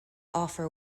offer